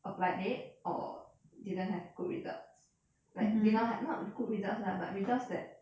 applied late or didn't have good results did not ha~ not good results lah but results that